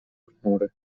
chmury